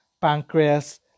pancreas